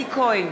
אלי כהן,